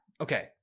okay